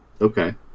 Okay